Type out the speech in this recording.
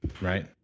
right